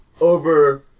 over